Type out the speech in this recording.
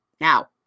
now